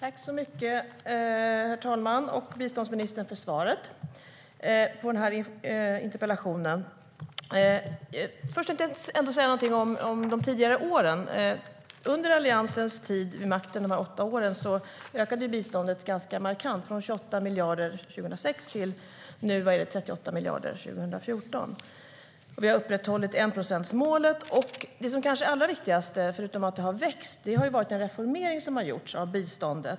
Herr talman! Tack, biståndsministern, för svaret på min interpellation. Först tänkte jag säga någonting om de tidigare åren. Förutom att biståndet har växt är det kanske allra viktigaste den reformering som har gjorts av biståndet.